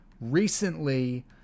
recently